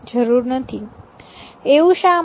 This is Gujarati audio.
એવું શા માટે